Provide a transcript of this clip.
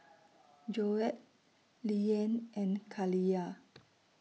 Joette Lilyan and Kaliyah